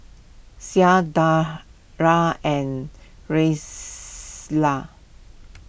Shah Dara and